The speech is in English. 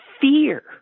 fear